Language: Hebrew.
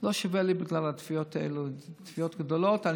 לא שווה לי בגלל התביעות האלה, אלה תביעות גדולות.